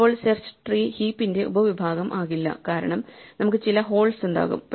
ഇപ്പോൾ search tree ഹീപ്പിന്റെ ഉപവിഭാഗം ആകില്ല കാരണം നമുക്ക് ചില ഹോൾസ് ഉണ്ടാകും